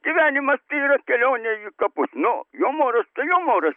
gyvenimas tai yra kelionė kaput nu jumoras tai jumoras